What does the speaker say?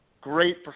great